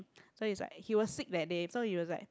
so is like he was sick that day so he was like